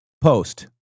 post